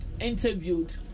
interviewed